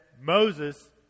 Moses